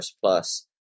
plus